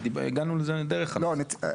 הגענו לזה דרך המאסדרת.